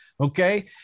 Okay